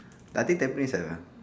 I think tampines have ah